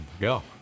go